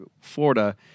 Florida